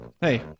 hey